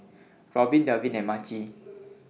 Robbin Dalvin and Maci